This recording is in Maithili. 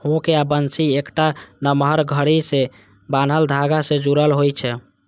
हुक या बंसी एकटा नमहर छड़ी सं बान्हल धागा सं जुड़ल होइ छै